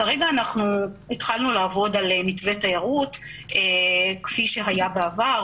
כרגע אנחנו התחלנו לעבוד על מתווה תיירות כפי שהיה בעבר,